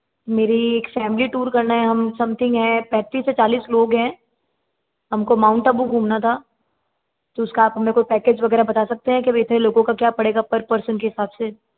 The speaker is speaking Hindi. मेरी एक फैमिली टूर करना है हम समथिंग हैं पैंतीस से चालीस लोग हैं हमको माउंट आबू घूमना था तो उसका आप हमें कोई पैकेज वगैरह बता सकते हैं कि भई इतने लोगों का क्या पड़ेगा पर पर्सन के हिसाब से